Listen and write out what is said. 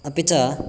अपि च